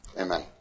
Amen